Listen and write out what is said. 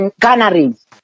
canaries